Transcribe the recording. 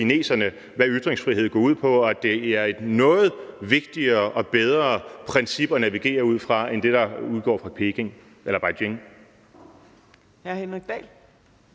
hvad ytringsfrihed går ud på, og at det er et noget vigtigere og bedre princip at navigere ud fra end det, der udgår fra Beijing. Kl.